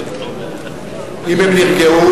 אם הם נרגעו,